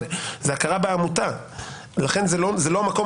זה בינם